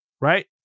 right